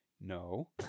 No